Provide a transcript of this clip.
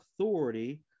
authority